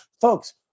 Folks